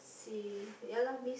she ya lah miss